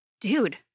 Dude